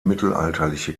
mittelalterliche